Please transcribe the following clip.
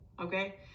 okay